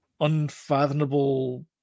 unfathomable